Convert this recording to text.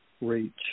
reach